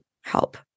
help